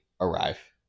arrive